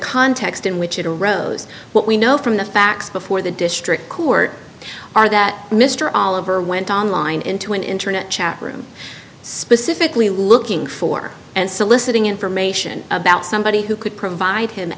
context in which it arose what we know from the facts before the district court are that mr oliver went online into an internet chat room specifically looking for and soliciting information about somebody who could provide